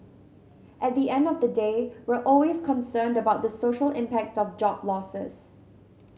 at the end of the day we're always concerned about the social impact of job losses